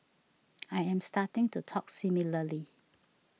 I am starting to talk similarly